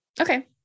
Okay